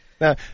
Now